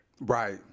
Right